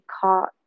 caught